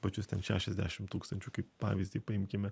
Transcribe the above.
pačius ten šešiasdešim tūkstančių kaip pavyzdį paimkime